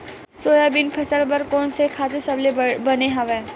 Soybean फसल बर कोन से खातु सबले बने हवय?